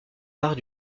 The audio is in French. arts